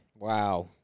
Wow